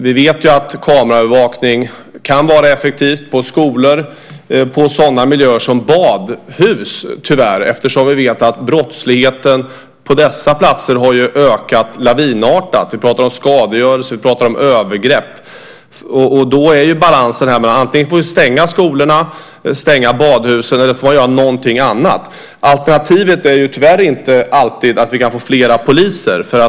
Vi vet ju att kameraövervakning kan vara effektivt på skolor och i sådana miljöer som badhus, tyvärr, eftersom vi vet att brottsligheten på dessa platser har ökat lavinartat. Vi pratar om skadegörelse och vi pratar om övergrepp. Då är balansen antingen att vi får stänga skolorna och badhusen eller att vi får göra någonting annat. Alternativet är tyvärr inte alltid att vi kan få fler poliser.